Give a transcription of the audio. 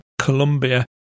Colombia